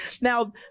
Now